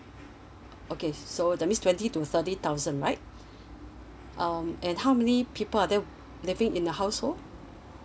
okay so that means twenty to thirty thousand right um and how many people are there living in your household